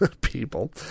people